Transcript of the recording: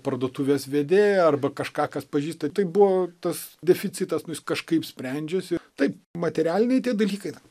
parduotuvės vedėją arba kažką kas pažįsta tai buvo tas deficitas nu jis kažkaip sprendžiasi taip materialiniai tie dalykai